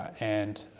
and